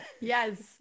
yes